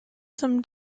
some